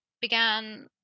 began